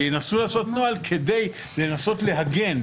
וינסו לעשות נוהל כדי לנסות להגן,